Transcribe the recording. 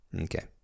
Okay